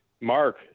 Mark